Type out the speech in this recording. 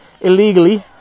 illegally